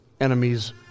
Enemies